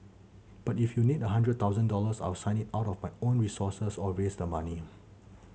but if you need a hundred thousand dollars I'll sign it out of my own resources or raise the money